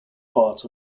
parts